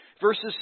verses